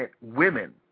women